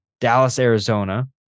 Dallas-Arizona